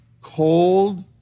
cold